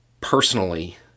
personally